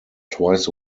twice